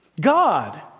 God